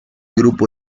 grupo